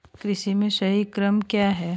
कृषि में सही क्रम क्या है?